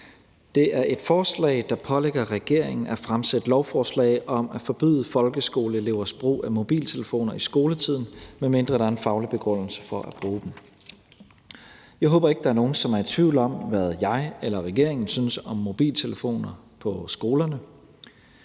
Det er et forslag, der pålægger regeringen at fremsætte lovforslag om at forbyde folkeskoleelevers brug af mobiltelefoner i skoletiden, medmindre der er en faglig begrundelse for at bruge dem. Jeg håber ikke, der er nogen, som er i tvivl om, hvad jeg eller regeringen synes om mobiltelefoner på skolerne.